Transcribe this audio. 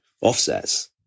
offsets